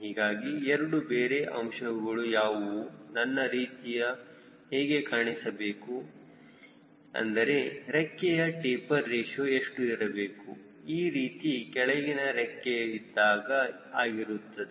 ಹೀಗಾಗಿ ಎರಡು ಬೇರೆ ಅಂಶಗಳು ಯಾವುವುನನ್ನ ರೀತಿಯು ಹೇಗೆ ಕಾಣಿಸಬೇಕು ಅಂದರೆ ರೆಕ್ಕೆಯ ಟೆಪರ್ ರೇಶಿಯೋ ಎಷ್ಟು ಇರಬೇಕು ಈ ರೀತಿ ಕೆಳಗಿನ ರೆಕ್ಕೆಯು ಇದ್ದಾಗ ಆಗಿರುತ್ತದೆ